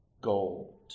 gold